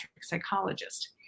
psychologist